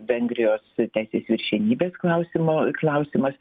vengrijos teisės viršenybės klausimo klausimas